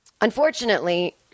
unfortunately